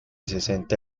sesenta